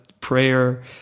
prayer